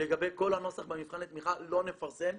לגבי כל הנוסח במבחני התמיכה לא נפרסם,